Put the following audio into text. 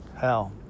hell